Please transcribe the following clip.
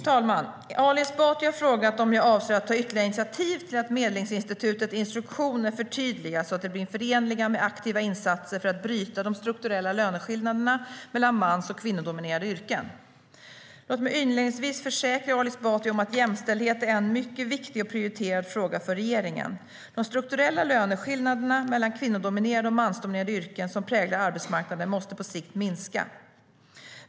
Herr talman! Ali Esbati har frågat om jag avser att ta ytterligare initiativ till att Medlingsinstitutets instruktioner förtydligas så att de blir förenliga med aktiva insatser för att bryta de strukturella löneskillnaderna mellan mans och kvinnodominerade yrken. Låt mig inledningsvis försäkra Ali Esbati om att jämställdhet är en mycket viktig och prioriterad fråga för regeringen. De strukturella löneskillnaderna mellan kvinnodominerade och mansdominerade yrken som präglar arbetsmarknaden måste på sikt minska.